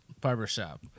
barbershop